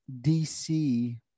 dc